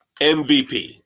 MVP